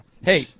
Hey